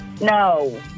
No